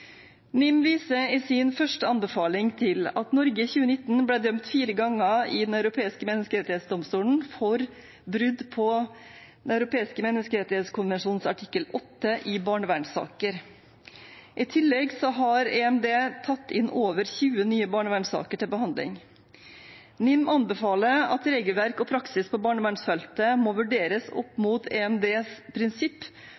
NIM viser i sin første anbefaling til at Norge i 2019 ble dømt fire ganger i Den europeiske menneskerettsdomstol for brudd på Den europeiske menneskerettskonvensjon artikkel 8 i barnevernssaker. I tillegg har EMD tatt inn over 20 nye barnevernssaker til behandling. NIM anbefaler at regelverk og praksis på barnevernsfeltet må vurderes opp